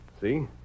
See